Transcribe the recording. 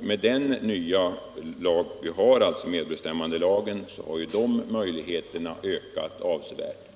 Med medbestämmandelagen har de möjligheterna ökat avsevärt.